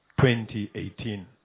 2018